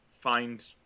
find